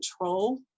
control